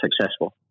successful